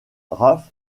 ralph